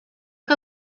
que